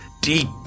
deep